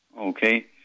Okay